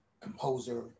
composer